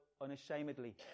unashamedly